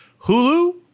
Hulu